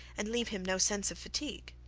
and leave him no sense of fatigue.